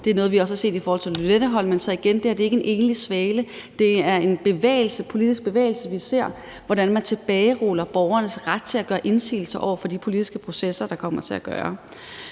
Det er noget, vi også har set i forhold til Lynetteholmen, så igen er det her ikke en enlig svale. Det er en politisk bevægelse, vi ser, hvor man tilbageruller borgernes ret til at gøre indsigelse over for de politiske processer, der kommer til at være.